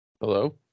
Hello